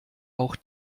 auch